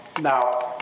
Now